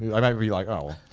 i might be like, oh